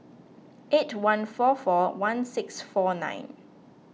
eight one four four one six four nine